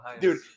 Dude